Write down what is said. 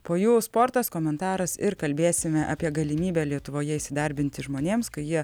po jų sportas komentaras ir kalbėsime apie galimybę lietuvoje įsidarbinti žmonėms kai jie